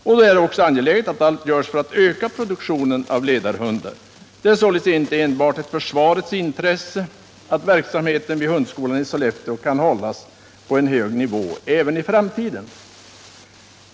Och då är det angeläget att allt görs för att öka produktionen av ledarhundar. Det är således inte enbart ett försvarets intresse att verksamheten vid hundskolan i Sollefteå kan hållas på en hög nivå även i framtiden.